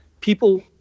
people